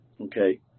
okay